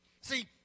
See